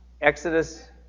Exodus